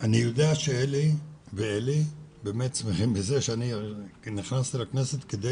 ואני יודע שאלי ואלי באמת שמחים על זה שאני נכנסתי לכנסת כדי